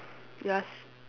you ask